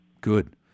Good